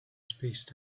spaced